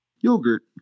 Yogurt